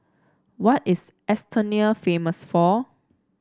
what is Estonia famous for